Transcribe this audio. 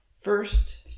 first